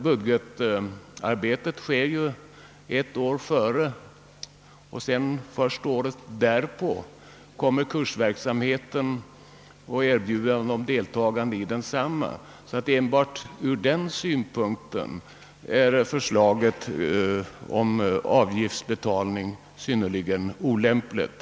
Budgetarbetet utföres ett år före, först året därpå görs erbjudandet om deltagande i kursverksamheten, varför förslaget om avgiftsbetalning enbart ur den synpunkten är synnerligen olämpligt.